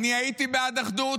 אני הייתי בעד אחדות,